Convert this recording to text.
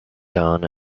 dawn